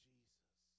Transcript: Jesus